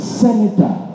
senator